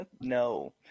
no